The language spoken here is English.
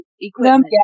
equipment